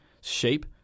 shape